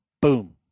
boom